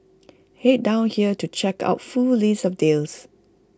Head down here to check out full list of deals